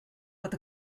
fod